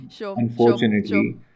unfortunately